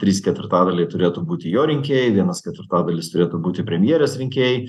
trys ketvirtadaliai turėtų būti jo rinkėjai vienas ketvirtadalis turėtų būti premjerės rinkėjai